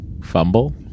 fumble